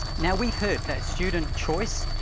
now, we've heard that student choice,